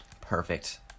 Perfect